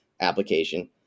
application